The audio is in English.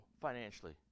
financially